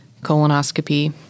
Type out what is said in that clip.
colonoscopy